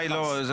את